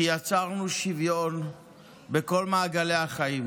כי יצרנו שוויון בכל מעגלי החיים,